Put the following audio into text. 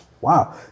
wow